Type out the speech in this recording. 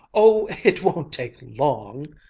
oh, it won't take long!